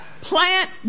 Plant